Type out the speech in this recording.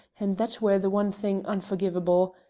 and that were the one thing unforgivable.